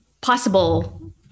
possible